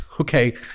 okay